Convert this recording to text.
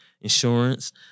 insurance